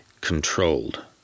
controlled